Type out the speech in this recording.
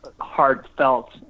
heartfelt